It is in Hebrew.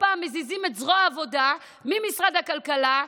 פעם מזיזים את זרוע העבודה ממשרד הכלכלה?